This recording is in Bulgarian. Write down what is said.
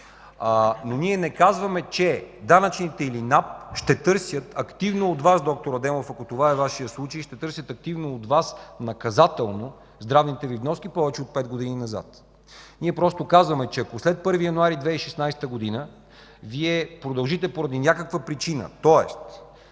Но ние не казваме, че данъчните или НАП ще търсят активно от Вас, доктор Адемов, ако това е вашият случай, наказателно здравните Ви вноски повече от 5 години назад. Ние просто казваме, че ако след 1 януари 2016 г. Вие продължите поради някаква причина, тоест